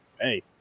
hey